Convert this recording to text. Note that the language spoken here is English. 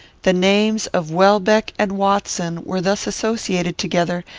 the names of welbeck and watson were thus associated together,